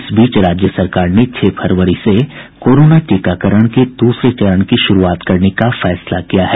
इस बीच राज्य सरकार ने छह फरवरी से कोरोना टीकाकरण के दूसरे चरण की शुरूआत करने का फैसला किया है